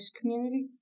community